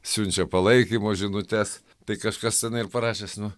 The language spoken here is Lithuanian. siunčia palaikymo žinutes tai kažkas senai ir parašęs nu